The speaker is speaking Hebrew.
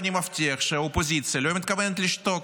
אני מבטיח שהאופוזיציה לא מתכוונת לשתוק.